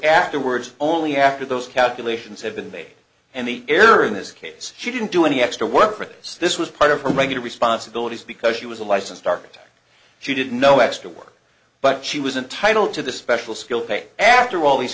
afterwards only after those calculations have been made and the error in this case she didn't do any extra work for us this was part of her regular responsibilities because she was a licensed architect she did no extra work but she was entitled to the special skill pay after all these